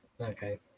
okay